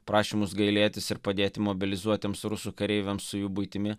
prašymus gailėtis ir padėti mobilizuotiems rusų kareiviams su jų buitimi